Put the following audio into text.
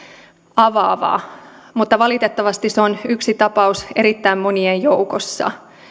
avaava mutta valitettavasti se on yksi tapaus erittäin monien joukossa